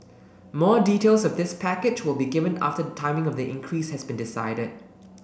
more details of this package will be given after the timing of the increase has been decided